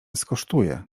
skosztuje